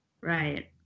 Right